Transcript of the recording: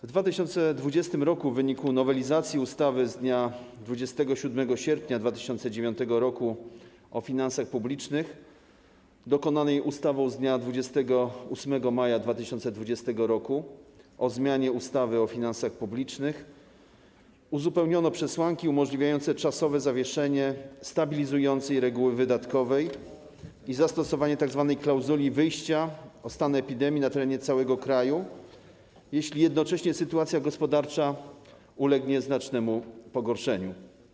W 2020 r. w wyniku nowelizacji ustawy z dnia 27 sierpnia 2009 r. o finansach publicznych, dokonanej ustawą z dnia 28 maja 2020 r. o zmianie ustawy o finansach publicznych, uzupełniono przesłanki umożliwiające czasowe zawieszenie stabilizującej reguły wydatkowej i zastosowanie tzw. klauzuli wyjścia o stan epidemii na terenie całego kraju, jeśli jednocześnie sytuacja gospodarcza ulegnie znacznemu pogorszeniu.